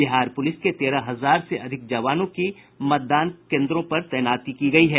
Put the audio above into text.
बिहार पुलिस के तेरह हजार से अधिक जवानों की मतदान केन्द्रों पर तैनात किया जायेगा